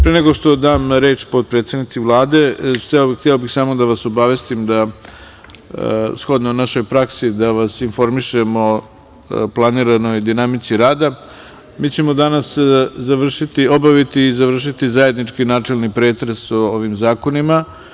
Pre nego što dam reč potpredsednici Vlade, hteo bih samo da vas obavestim da shodno našoj praksi da vas informišemo o planiranoj dinamici rada, mi ćemo danas obaviti i završiti zajednički načelni pretres o ovim zakonima.